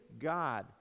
God